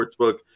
Sportsbook